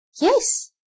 Yes